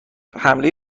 حمله